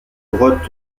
grotte